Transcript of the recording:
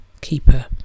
keeper